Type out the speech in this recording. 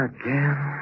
Again